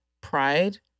pride